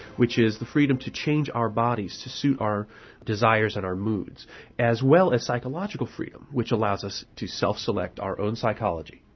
which is the freedom to change our bodies to suit our desires and our moods as well as psychological freedom, which allows us to self-select our own psychology.